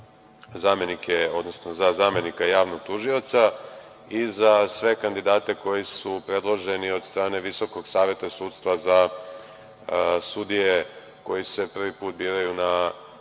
za zamenike, odnosno za zamenika javnog tužioca i za sve kandidate koji su predloženi od strane Visokog saveta sudstva za sudije koji se prvi put biraju na